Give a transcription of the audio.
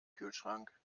kühlschrank